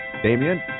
Damien